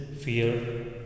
fear